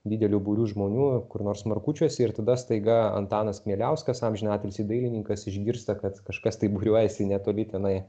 dideliu būriu žmonių kur nors markučiuose ir tada staiga antanas kmieliauskas amžinatilsį dailininkas išgirsta kad kažkas tai būriuojasi netoli tenai